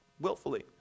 willfully